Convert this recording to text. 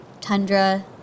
Tundra